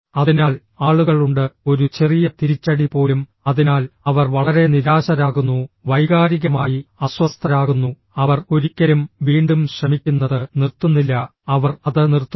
അതിനാൽ ആളുകളുണ്ട് ഒരു ചെറിയ തിരിച്ചടി പോലും അതിനാൽ അവർ വളരെ നിരാശരാകുന്നു വൈകാരികമായി അസ്വസ്ഥരാകുന്നു അവർ ഒരിക്കലും വീണ്ടും ശ്രമിക്കുന്നത് നിർത്തുന്നില്ല അവർ അത് നിർത്തുന്നു